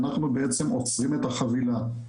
אנחנו בעצם עוצרים את החבילה.